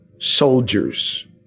soldiers